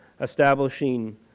establishing